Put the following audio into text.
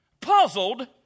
puzzled